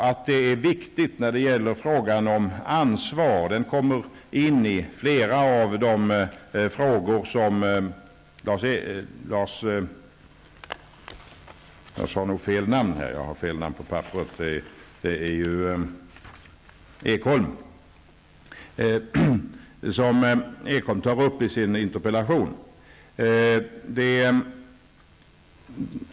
Ansvarsfrågan kommer in i bilden i flera av de frågor som Berndt Ekholm tar upp i sin interpellation.